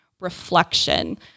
reflection